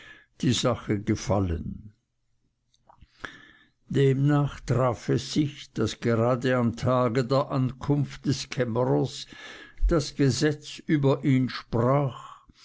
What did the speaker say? die sache gefallen demnach traf es sich daß grade am tage der ankunft des kämmerers das gesetz über ihn sprach